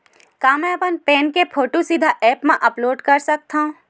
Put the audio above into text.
का मैं अपन पैन के फोटू सीधा ऐप मा अपलोड कर सकथव?